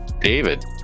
david